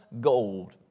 gold